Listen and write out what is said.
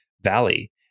valley